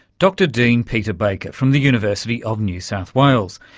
dr deane-peter baker from the university of new south wales.